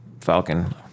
Falcon